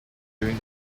during